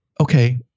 okay